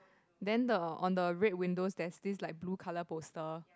then the on the red windows there's this like blue colour poster